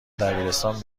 دبیرستان